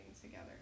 together